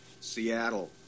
Seattle